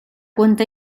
cuenta